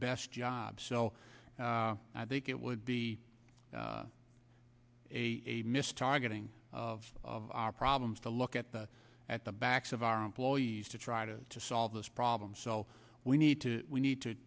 best job so i think it would be a missed targeting of our problems to look at the at the backs of our employees to try to solve this problem so we need to we need to